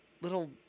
little